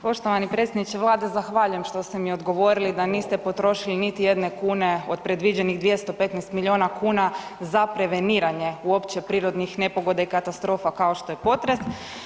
Poštovani predsjedniče vlade zahvaljujem što ste mi odgovorili da niste potrošili niti jedne kune od predviđenih 215 milijuna kuna za preveniranje uopće prirodnih nepogoda i katastrofa kao što je potres.